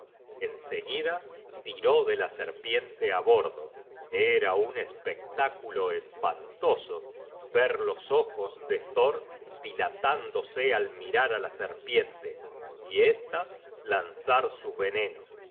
en seguida tiró de la serpiente á bordo era un espectáculo espantoso ver los ojos de thor dilatándose al mirar á la serpiente y esta lanzar su veneno